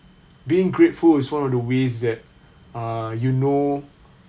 being grateful is one of the ways that uh you know